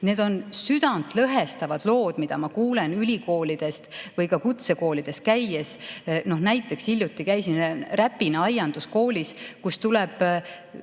Need on südantlõhestavad lood, mida ma kuulen ülikoolides või ka kutsekoolides käies. Näiteks hiljuti käisin Räpina Aianduskoolis, kuhu